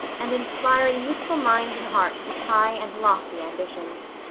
and inspiring youthful minds and hearts with high and lofty ambitions.